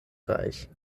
reich